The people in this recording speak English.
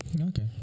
Okay